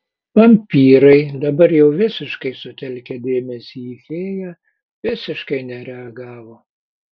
vampyrai dabar jau visiškai sutelkę dėmesį į fėją visiškai nereagavo